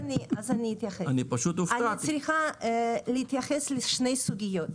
צריכה להתייחס לשתי סוגיות,